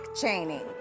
Cheney